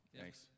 Thanks